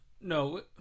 No